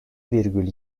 virgül